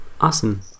awesome